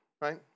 right